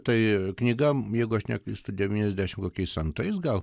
tai knyga jeigu aš neklystu devyniasdešimt kokiais antrais gal